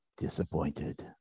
disappointed